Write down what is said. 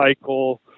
cycle